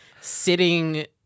sitting